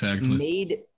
made